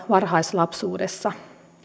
varhaislapsuudessa